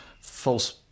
false